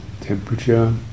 temperature